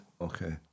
Okay